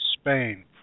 Spain